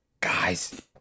Guys